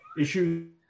issues